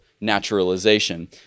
naturalization